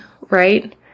right